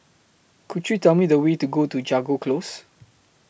Could YOU Tell Me The Way to Go to Jago Close